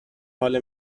حال